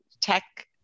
tech